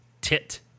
Tit